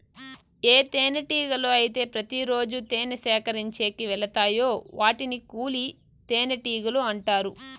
ఏ తేనెటీగలు అయితే ప్రతి రోజు తేనె సేకరించేకి వెలతాయో వాటిని కూలి తేనెటీగలు అంటారు